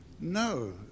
No